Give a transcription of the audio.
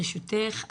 ברשותך,